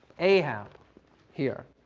ahab here.